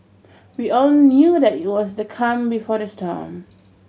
we all knew that it was the calm before the storm